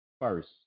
first